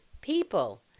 people